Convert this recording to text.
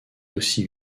aussi